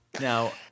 Now